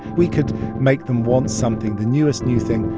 we could make them want something, the newest new thing,